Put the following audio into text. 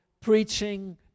preaching